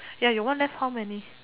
ya your one left how many